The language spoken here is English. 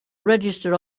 register